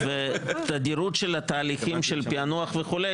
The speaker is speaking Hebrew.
ותדירות של תהליכי פיענוח וכו',